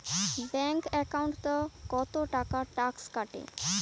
Bank একাউন্টত কতো টাকা ট্যাক্স কাটে?